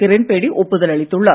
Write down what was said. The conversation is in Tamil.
கிரண் பேடி ஒப்புதல் அளித்துள்ளார்